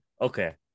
okay